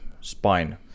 spine